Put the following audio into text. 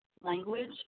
language